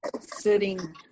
sitting